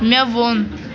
مےٚ ووٚن